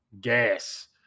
gas